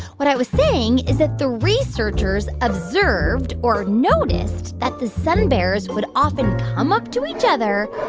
what i was saying is that the researchers observed or noticed that the sun bears would often come up to each other,